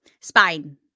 Spine